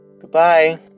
Goodbye